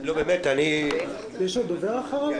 אני מוותר.